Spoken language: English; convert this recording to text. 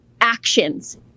actions